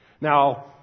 Now